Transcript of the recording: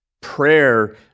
Prayer